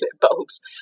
bulbs